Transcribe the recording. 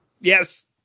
Yes